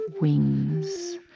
wings